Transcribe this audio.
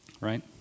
right